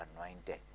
anointed